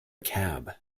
cab